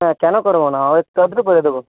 হ্যাঁ কেন করবো না ও একটু আধটু করে দেবো